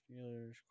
Steelers